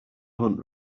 hunt